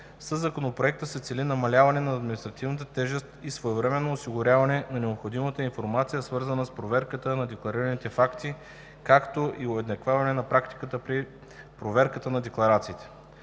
Със Законопроекта се цели намаляване на административната тежест и своевременното осигуряване на необходимата информация, свързана с проверката на декларираните факти, както и уеднаквяване на практиката при проверката на декларациите.